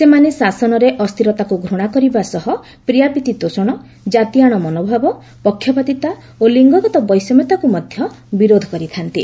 ସେମାନେ ଶାସନରେ ଅସ୍ଥିରତାକୁ ଘୃଣା କରିବା ସହ ପ୍ରିୟାପୀତି ତୋଷଣ କାତିଆଣ ମନୋଭାବ ପକ୍ଷପାତିତା ଓ ଲିଙ୍ଗଗତ ବୈଷମ୍ୟତାକୁ ମଧ୍ୟ ବିରୋଧ କରିଥା'ନ୍ତି